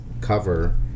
cover